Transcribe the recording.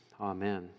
amen